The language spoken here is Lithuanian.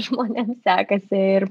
žmonėm sekasi ir